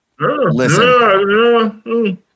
Listen